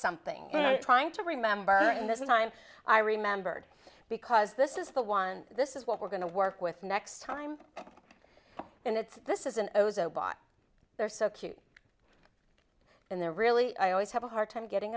something trying to remember and this time i remembered because this is the one this is what we're going to work with next time and it's this is an ozone bot they're so cute and there really i always have a hard time getting